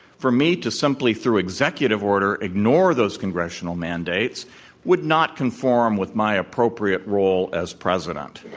for me to simply through executive order ignore those congressional mandates would not conform with my appropriate role as president.